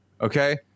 Okay